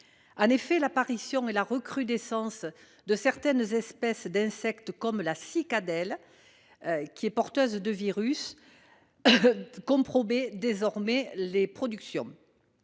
En effet, l’apparition et la recrudescence de certaines espèces d’insectes, comme la cicadelle, porteuse de virus, compromettent désormais les productions.